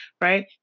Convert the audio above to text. right